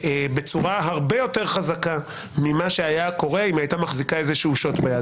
בצורה הרבה יותר חזקה ממה שהיה קורה אם היא הייתה מחזיקה איזה שוט ביד.